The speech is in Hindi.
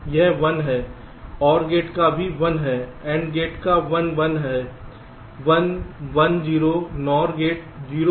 यह 1 है OR गेट का भी 1 है AND गेट 1 1 है 1 1 0 NOR गेट 0 है